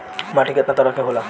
माटी केतना तरह के होला?